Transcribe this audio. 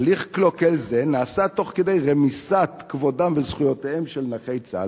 הליך קלוקל זה נעשה תוך כדי רמיסת כבודם וזכויותיהם של נכי צה"ל",